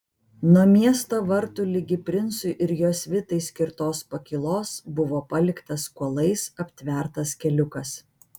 nuo miesto vartų ligi princui ir jo svitai skirtos pakylos buvo paliktas kuolais aptvertas keliukas